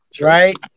right